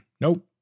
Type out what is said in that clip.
Nope